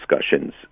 discussions